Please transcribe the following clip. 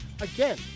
Again